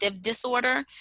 disorder